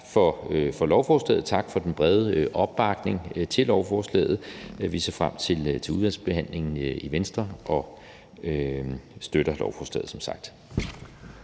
for lovforslaget, og tak for den brede opbakning til lovforslaget. Vi ser i Venstre frem til udvalgsbehandlingen og støtter som sagt lovforslaget. Kl.